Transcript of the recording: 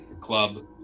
club